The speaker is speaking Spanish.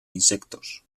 insectos